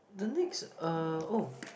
the next uh oh